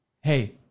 hey